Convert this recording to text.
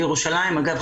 אגב,